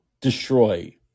destroy